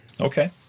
Okay